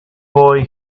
boy